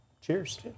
Cheers